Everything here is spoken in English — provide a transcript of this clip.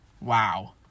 Wow